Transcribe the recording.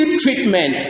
treatment